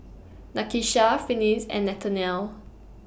Nakisha Finis and Nathanial